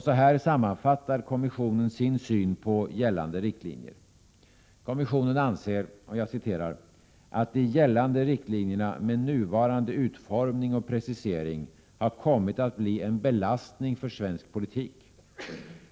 Så här sammanfattar kommissionen sin syn på gällande riktlinjer: Kommissionen anser ”att de gällande riktlinjerna med nuvarande utformning och precisering har kommit att bli en belastning för svensk politik.